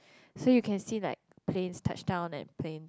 so you can see like planes touch down and planes